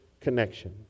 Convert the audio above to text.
connection